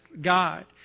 God